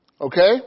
okay